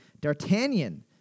D'Artagnan